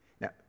Now